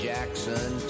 Jackson